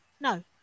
no